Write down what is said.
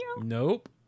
Nope